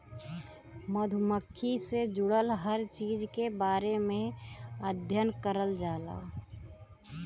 मधुमक्खी से जुड़ल हर चीज के बारे में अध्ययन करल जाला